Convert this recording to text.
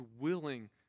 willing